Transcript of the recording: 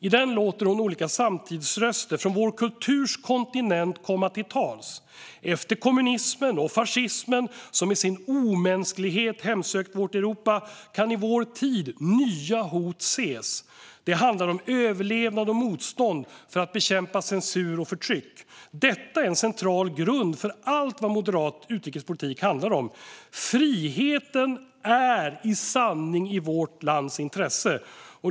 I den låter hon olika samtidsröster från vår kontinents kultur komma till tals. Efter kommunismen och fascismen, som med sin omänsklighet hemsökt vårt Europa, kan i vår tid nya hot ses. Det handlar om överlevnad och motstånd för att bekämpa censur och förtryck. Detta är en central grund för allt vad moderat utrikespolitik handlar om. Friheten är i sanning i vårt lands intresse.